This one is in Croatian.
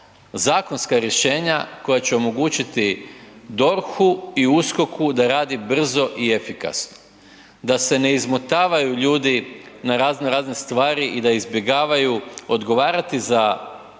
zakonska rješenja koja će omogućiti DORH-u i USKOK-u da radi brzo i efikasno. Da se ne izmotavaju ljudi na razno razne stvari i da izbjegavaju odgovarati za